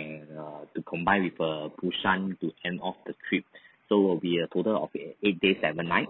and err to combine with err busan to end off the trips so will be a total of eight days seven night